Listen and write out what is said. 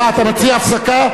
אה, אתה מציע הפסקה?